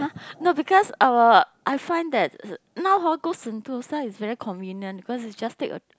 no because uh I find that now hor go sentosa is very convenient cause is just take a